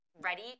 ready